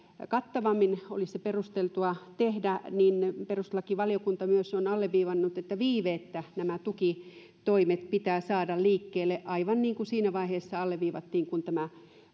kattavammin olisi perusteltua se tehdä niin perustuslakivaliokunta on myös alleviivannut että viiveettä nämä tukitoimet pitää saada liikkeelle aivan niin kuin siinä vaiheessa alleviivattiin kun